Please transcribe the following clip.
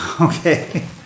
Okay